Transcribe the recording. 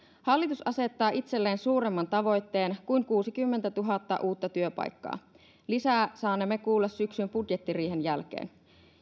hallitus asettaa itselleen suuremman tavoitteen kuin kuusikymmentätuhatta uutta työpaikkaa lisää saanemme kuulla syksyn budjettiriihen jälkeen